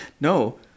no